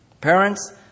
Parents